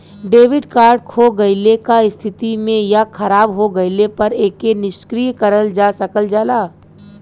debit card खो गइले क स्थिति में या खराब हो गइले पर एके निष्क्रिय करल जा सकल जाला